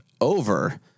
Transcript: over